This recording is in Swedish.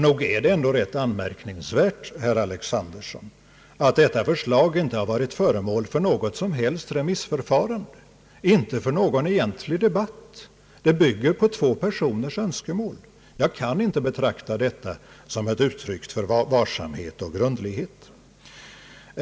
Det är ändå rätt anmärkningsvärt, herr Alexanderson, att detta förslag inte varit föremål för något som helst remissförfarande och inte för någon egentlig debatt. Det bygger på två personers önskemål. Jag kan inte betrakta detta som ett uttryck för varsamhet och grundlighet.